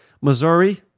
Missouri